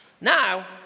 Now